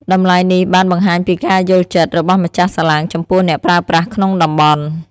តម្លៃនេះបានបង្ហាញពីការយល់ចិត្តរបស់ម្ចាស់សាឡាងចំពោះអ្នកប្រើប្រាស់ក្នុងតំបន់។